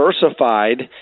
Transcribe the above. diversified